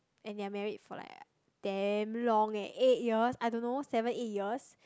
and they're married for like damn long eh eight years I don't know seven eight years